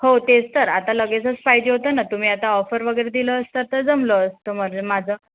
हो तेच तर आता लगेचच पाहिजे होतं ना तुम्ही आता ऑफर वगैरे दिलं असतं तर जमलं असतं म्हणजे माझं